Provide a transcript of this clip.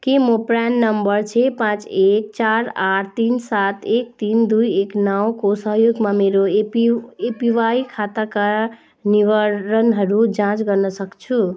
के म PRAN number छ पाँच एक चार आठ तिन सात एक तिन दुई एक नौ को सहयोगमा मेरो एपी एपिवाई खाताका निवारणहरू जाँच गर्न सक्छु